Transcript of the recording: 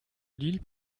lille